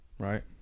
Right